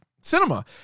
cinema